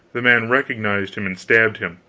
the man recognized him and stabbed him.